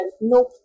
nope